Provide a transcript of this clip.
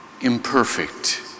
imperfect